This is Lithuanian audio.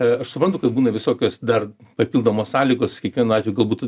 a aš suprantu kad būna visokios dar papildomos sąlygos kiekvienu atveju gal būtų